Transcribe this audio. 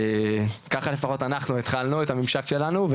ככה לפחות אנחנו התחלנו את הממשק שלנו.